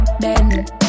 bend